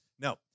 No